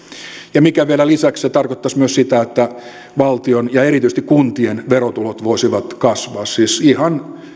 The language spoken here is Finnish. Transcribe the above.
ja vielä lisäksi se tarkoittaisi myös sitä että valtion ja erityisesti kuntien verotulot voisivat kasvaa siis ihan